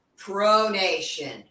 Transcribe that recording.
pronation